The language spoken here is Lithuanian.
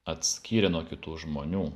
atskyrė nuo kitų žmonių